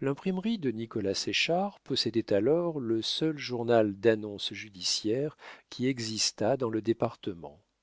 l'imprimerie de nicolas séchard possédait alors le seul journal d'annonces judiciaires qui existât dans le département